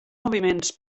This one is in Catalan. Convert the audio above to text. moviments